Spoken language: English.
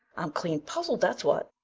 i'm clean puzzled, that's what,